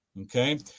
Okay